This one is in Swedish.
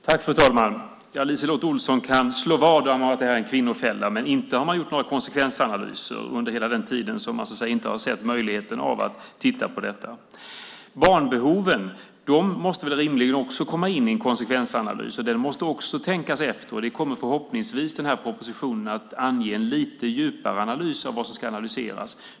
Fru talman! LiseLotte Olsson kan slå vad om att det här är en kvinnofälla, men inte har man gjort några konsekvensanalyser under hela den tid man haft möjlighet att titta på detta. Barnbehoven måste väl rimligen också komma in i en konsekvensanalys. Man måste tänka efter, och förhoppningsvis kommer propositionen att ge en lite djupare analys.